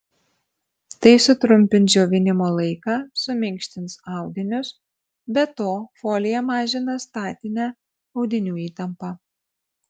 tai sutrumpins džiovinimo laiką suminkštins audinius be to folija mažina statinę audinių įtampą